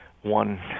one